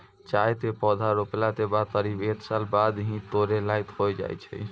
चाय के पौधा रोपला के बाद करीब एक साल बाद ही है तोड़ै लायक होय जाय छै